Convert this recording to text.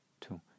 two